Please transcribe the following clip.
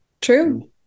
True